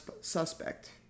suspect